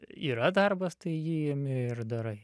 yra darbas tai jį imi ir darai